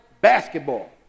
basketball